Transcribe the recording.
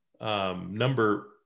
number